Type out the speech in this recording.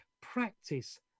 practice